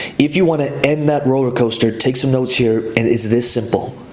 if you wanna end that roller coaster, take some notes here, and it's this simple.